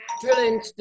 Drilling